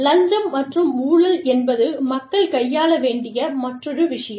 லஞ்சம் மற்றும் ஊழல் என்பது மக்கள் கையாள வேண்டிய மற்றொரு விஷயம்